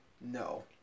no